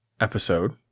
episode